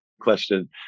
question